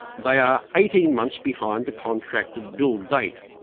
they are eighteen months behind the contracted build date.